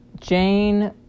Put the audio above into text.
Jane